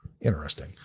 Interesting